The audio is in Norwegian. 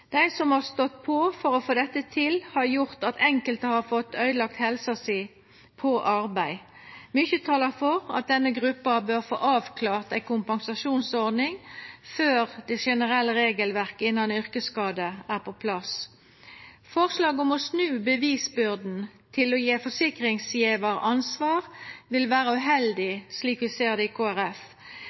dei som har stått på for å få dette til, har fått øydelagt helsa si på arbeid. Mykje talar for at denne gruppa bør få avklart ei kompensasjonsordning før det generelle regelverket innan yrkesskade er på plass. Forslaget om å snu bevisbyrda til å gje forsikringsgjevar ansvar vil vera uheldig, slik vi ser det i